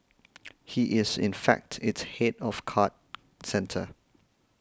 he is in fact its head of card centre